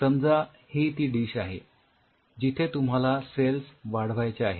समजा ही ती डिश आहे जिथे तुम्हाला सेल्स वाढवायच्या आहेत